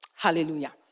Hallelujah